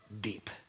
deep